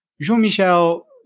Jean-Michel